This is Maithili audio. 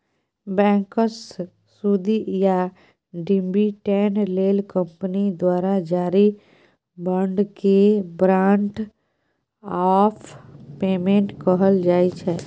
बैंकसँ सुदि या डिबीडेंड लेल कंपनी द्वारा जारी बाँडकेँ बारंट आफ पेमेंट कहल जाइ छै